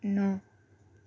نو